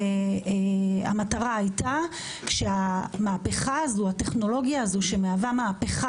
המטרה הייתה שישראל תרתום את הטכנולוגיה הזו שמהווה מהפכה,